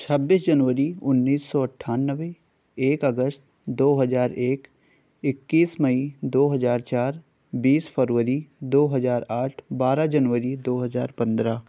چھبیس جنوری انیس سو اٹھانوے ایک اگست دو ہزار ایک اکیس مئی دو ہزار چار بیس فروری دو ہزار آٹھ بارہ جنوری دو ہزار پندرہ